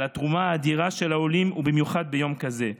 על התרומה האדירה של העולים, בייחוד ביום כזה.